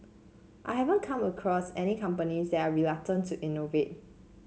I haven't come across any companies that are reluctant to innovate